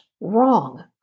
wrong